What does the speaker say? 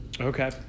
okay